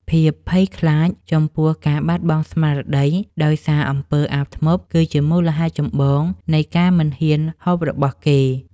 ភាពភ័យខ្លាចចំពោះការបាត់បង់ស្មារតីដោយសារអំពើអាបធ្មប់គឺជាមូលហេតុចម្បងនៃការមិនហ៊ានហូបរបស់គេ។